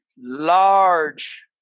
large